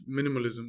minimalism